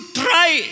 try